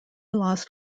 lost